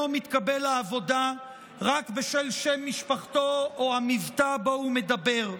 מתקבל לעבודה רק בשל שם משפחתו או המבטא שבו הוא מדבר,